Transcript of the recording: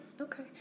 okay